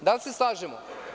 Da li se slažemo?